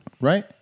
Right